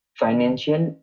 financial